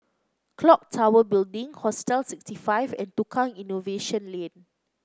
clock Tower Building Hostel sixty five and Tukang Innovation Lane